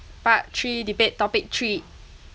part three debate topic three